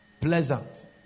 pleasant